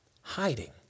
Hiding